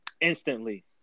instantly